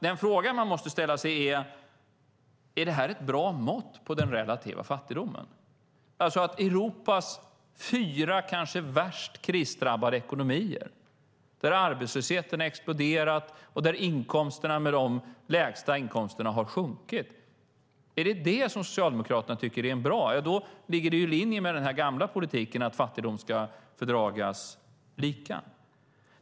Den fråga man måste ställa sig är alltså om det här är ett bra mått på den relativa fattigdomen. Är det Europas fyra kanske värst krisdrabbade ekonomier, där arbetslösheten har exploderat och där de lägsta inkomsterna har sjunkit, som Socialdemokraterna tycker är bra? Ja, då ligger det i linje med den gamla politiken att fattigdom ska fördras genom att den delas lika.